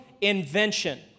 invention